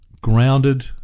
grounded